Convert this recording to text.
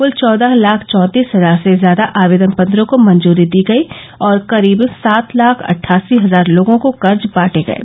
कृल चौदह लाख चौंतीस हजार से ज्यादा आवेदन पत्रों को मंजूरी दी गई और करीब सात लाख अट्ठासी हजार लोगों को कर्ज बांटे गये